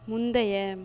முந்தைய